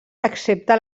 excepte